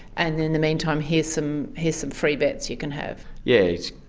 and in the meantime here's some here's some free bets you can have. yeah,